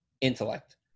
intellect